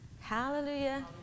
Hallelujah